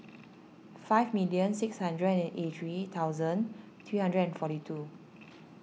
five million six hundred and eighty three thousand three hundred and forty two